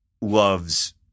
loves